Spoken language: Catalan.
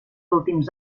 últims